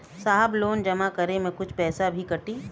साहब लोन जमा करें में कुछ पैसा भी कटी?